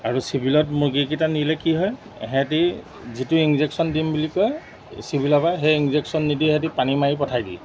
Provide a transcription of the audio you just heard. আৰু চিভিলত মুৰ্গীকেইটা নিলে কি হয় সিহঁতি যিটো ইনজেকশ্যন দিম বুলি কয় চিভিলৰ পৰা সেই ইনজেকশ্যন নিদি সিহঁতি পানী মাৰি পঠাই দি